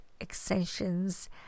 extensions